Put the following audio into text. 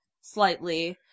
slightly